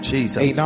Jesus